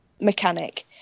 mechanic